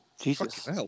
Jesus